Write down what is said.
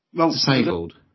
disabled